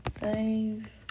save